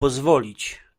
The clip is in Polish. pozwolić